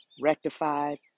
rectified